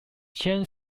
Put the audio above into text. chain